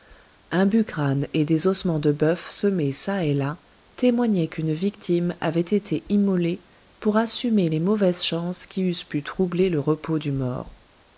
un bucrane et des ossements de bœuf semés ça et là témoignaient qu'une victime avait été immolée pour assumer les mauvaises chances qui eussent pu troubler le repos du mort